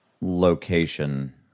location